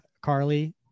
carly